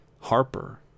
Harper